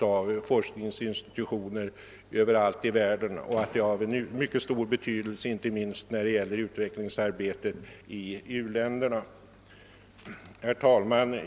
av forskningsinstitutioner överallt i världen, vilket har stor betydelse inte minst för utvecklingsarbetet i u-länderna. Herr talman!